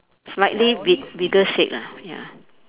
slightly big bigger shade ah ya